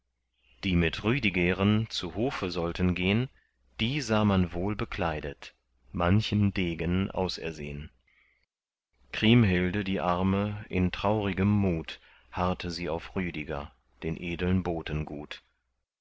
die mit rüdigeren zu hofe sollten gehn die sah man wohlbekleidet manchen degen ausersehn kriemhilde die arme in traurigem mut harrte sie auf rüdiger den edeln boten gut